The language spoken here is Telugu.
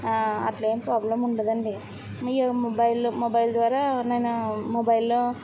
అట్లా ఏమి ప్రాబ్లెమ్ ఉండదు అండి మీ మొబైల్లో మొబైల్ ద్వారా ఎవరినైనా మొబైల్లో